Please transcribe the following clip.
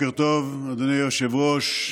בוקר טוב, אדוני היושב-ראש.